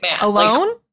alone